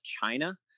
China